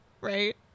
Right